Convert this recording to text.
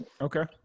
Okay